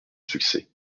succès